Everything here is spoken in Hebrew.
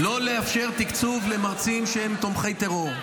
לא לאפשר תקצוב למרצים שהם תומכי טרור.